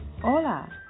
Hola